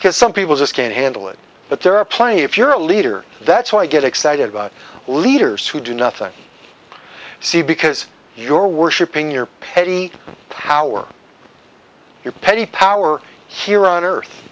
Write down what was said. because some people just can't handle it but there are plenty if you're a leader that's why get excited about leaders who do nothing see because your worshipping your petty power your petty power here on earth